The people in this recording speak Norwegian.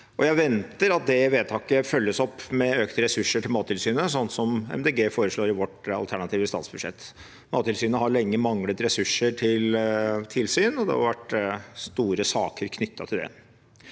Jeg venter at det vedtaket følges opp med økte ressurser til Mattilsynet, slik som vi i Miljøpartiet De Grønne foreslår i vårt alternative statsbudsjett. Mattilsynet har lenge manglet ressurser til tilsyn, og det har vært store saker knyttet til det.